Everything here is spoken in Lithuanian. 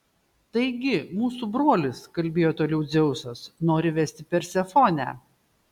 taigi mūsų brolis kalbėjo toliau dzeusas nori vesti persefonę